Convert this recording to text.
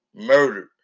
murdered